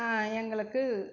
எங்களுக்கு